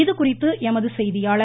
இதுகுறித்து எமது செய்தியாளர்